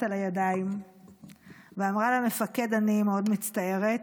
על הידיים ואמרה למפקד: אני מאוד מצטערת,